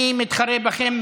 אני מתחרה בכם,